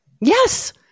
Yes